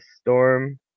Storm